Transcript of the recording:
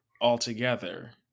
altogether